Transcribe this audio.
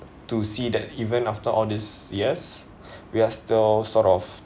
to see that even after all these years we're still sort of